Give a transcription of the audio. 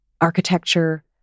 architecture